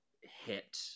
hit